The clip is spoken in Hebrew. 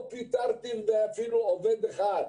לא פיטרתי אפילו עובד אחד.